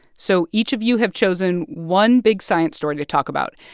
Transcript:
so each of you have chosen one big science story to talk about,